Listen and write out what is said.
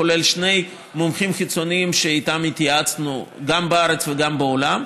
כולל שני מומחים חיצוניים שאיתם התייעצנו גם בארץ וגם בעולם,